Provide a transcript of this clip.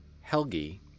Helgi